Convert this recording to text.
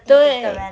对